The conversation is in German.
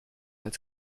als